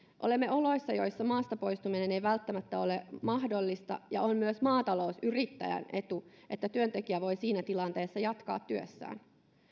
olemme oloissa joissa maasta poistuminen ei välttämättä ole mahdollista ja on myös maatalousyrittäjän etu että työntekijä voi siinä tilanteessa jatkaa työssään